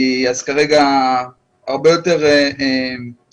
אז כרגע זה הרבה יותר צולע.